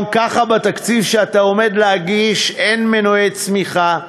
גם ככה בתקציב שאתה עומד להגיש אין מנועי צמיחה,